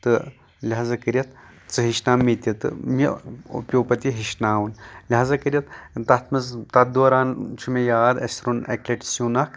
تہٕ لِہزا کرِتھ ژٕ ہیٚچھناو مےٚ تہِ تہٕ مےٚ پیٚوو پَتہٕ یہِ ہٮ۪چھناوُن لِہزا کٔرتھ تَتھ منٛز تَتھ دوران چھ مےٚ یاد اَسہِ روٚن اَکہِ لَٹہِ سیُن اکھ